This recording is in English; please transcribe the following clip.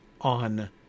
on